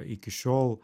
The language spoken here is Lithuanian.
iki šiol